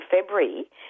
February